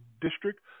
district